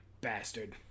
bastard